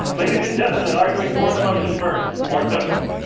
ladies and gentlemen, arguing for the motion first, mort zuckerman.